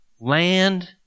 land